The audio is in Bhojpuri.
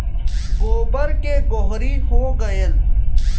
गोबर के गोहरी हो गएल